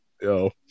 Yo